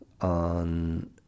on